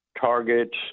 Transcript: targets